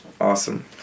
awesome